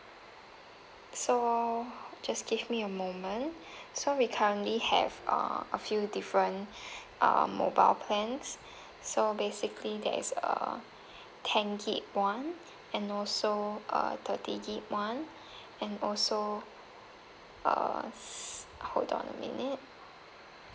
so just give me a moment so we currently have uh a few different um mobile plans so basically there is a ten gig one and also a thirty gig one and also err hold on a minute